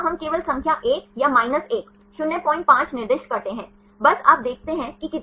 आप जीएन रामचंद्रन को देख सकते हैं सही